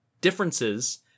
differences